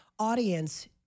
audience